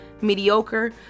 mediocre